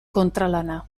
kontralana